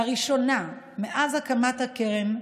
לראשונה מאז הקמת הקרן,